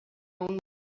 own